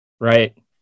right